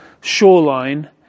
shoreline